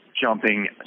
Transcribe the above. jumping